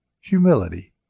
humility